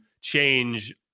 change